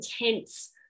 intense